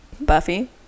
buffy